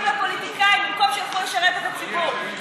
לפוליטיקאים במקום שילכו לשרת את הציבור.